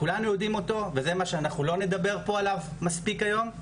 כולנו יודעים אותו וזה מה שאנחנו לא נדבר פה עליו מספיק היום,